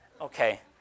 Okay